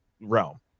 realm